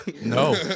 No